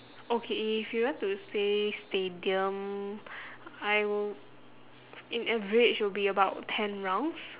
okay if you want to say stadium I will in average will be about ten rounds